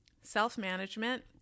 self-management